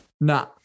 Nah